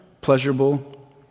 pleasurable